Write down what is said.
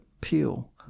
Peel